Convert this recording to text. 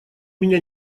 меня